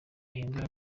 ahindura